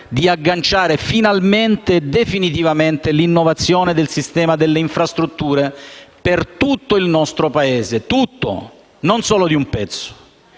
di agganciare finalmente e definitivamente l'innovazione nel sistema delle infrastrutture per tutto il nostro Paese: tutto e non solo di un pezzo.